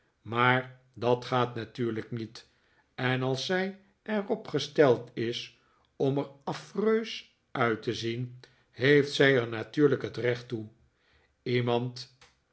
maar dat gaat natuurlijk niet en als zij er op gesteld is om er affreus uit te zien heeft zij er natuurlijk het recht toe iemand